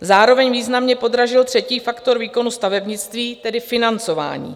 Zároveň významně podražil třetí faktor výkonu stavebnictví, tedy financování.